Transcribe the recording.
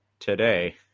today